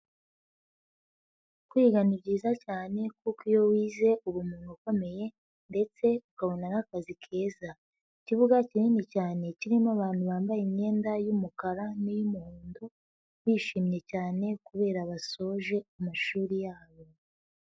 Kwiga ni byiza cyane kuko iyo wize uba umuntu ukomeye ndetse ukabona n'akazi keza. Ikibuga kinini cyane kirimo abantu bambaye imyenda y'umukara n'iy'umuhondo, bishimye cyane kubera basoje amashuri yabo.